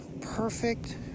perfect